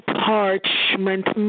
parchment